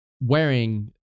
wearing